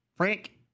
Frank